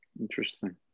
Interesting